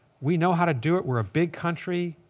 we know how to do it. we're a big country.